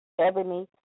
Ebony